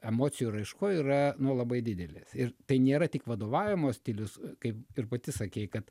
emocijų raiškoj yra nu labai didelis ir tai nėra tik vadovavimo stilius kaip ir pati sakei kad